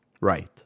right